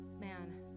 man